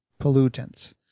pollutants